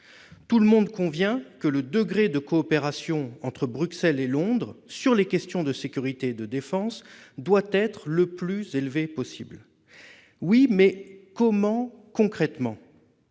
Tout le monde convient que le degré de coopération entre Bruxelles et Londres sur les questions de sécurité et de défense doit être le plus élevé possible. Oui, mais comment faire, concrètement ?